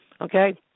Okay